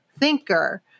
thinker